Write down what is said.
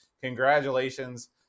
congratulations